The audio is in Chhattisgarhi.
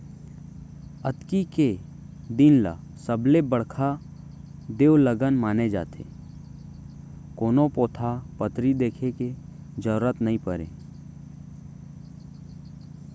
अक्ती के दिन ल सबले बड़का देवलगन माने जाथे, कोनो पोथा पतरी देखे के जरूरत नइ परय